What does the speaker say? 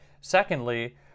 secondly